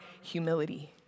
humility